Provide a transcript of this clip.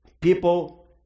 people